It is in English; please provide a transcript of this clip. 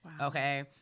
Okay